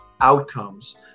outcomes